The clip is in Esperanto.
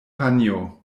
panjo